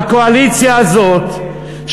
הקואליציה הזאת,